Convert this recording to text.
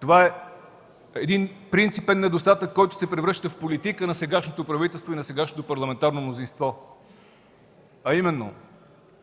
Това е един принципен недостатък, който се превръща в политика на сегашното правителство и на сегашното парламентарно мнозинство, а именно: